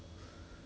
什么什么